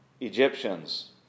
Egyptians